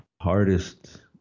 hardest